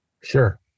Sure